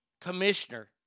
commissioner